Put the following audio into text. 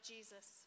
Jesus